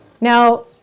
Now